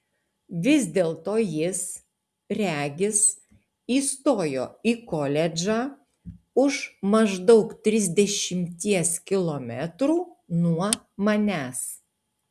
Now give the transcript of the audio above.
vis dėlto jis regis įstojo į koledžą už maždaug trisdešimties kilometrų nuo manęs